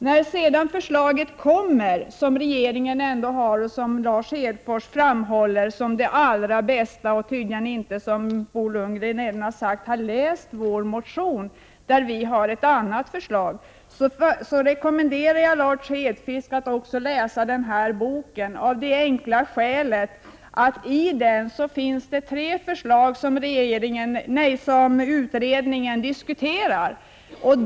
När sedan regeringens förslag ändå kommer — det förslag som Lars Hedfors framhåller som det allra bästa — visar det sig, som även Bo Lundgren sagt, att man tydligen inte har läst vår motion i vilken vi har ett annat förslag. Jag rekommenderar Lars Hedfors att läsa den här boken av det enkla skälet att det i den finns tre förslag som utredningen diskuterar.